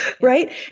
Right